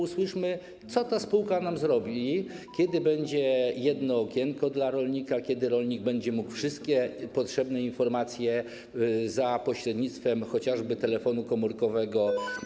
Usłyszmy, co ta spółka nam zrobi, kiedy będzie jedno okienko dla rolnika, kiedy rolnik będzie mógł wszystkie potrzebne informacje zaraportować za pośrednictwem chociażby telefonu komórkowego.